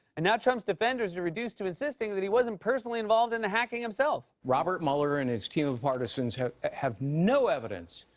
and now trump's defenders are reduced to insisting that he wasn't personally involved in the hacking himself. robert mueller and his team of partisans have have no evidence,